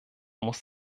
muss